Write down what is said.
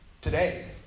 today